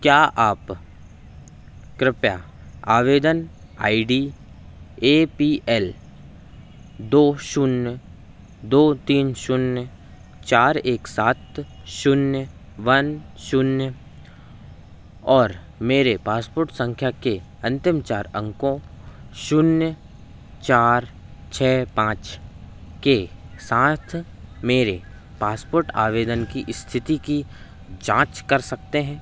क्या आप कृपया आवेदन I D A P L दो शून्य दो तीन शून्य चार एक सात शून्य वन शून्य और मेरे पासपोर्ट सँख्या के अन्तिम चार अंकों शून्य चार छह पाँच के साथ मेरे पासपोर्ट आवेदन की इस्थिति की जाँच कर सकते हैं